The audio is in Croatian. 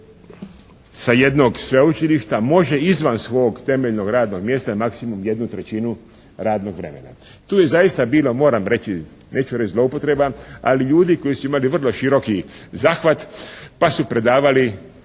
sa jednog sveučilišta može izvan svog temeljnog radnog mjesta maksimum jednu trećinu radnog vremena. Tu je zaista bilo moram reći neću reći zloupotreba ali ljudi koji su imali vrlo široki zahvat pa su predavali